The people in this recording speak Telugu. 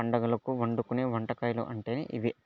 పండగలకు వండుకునే వంటకాలు అంటే ఇవే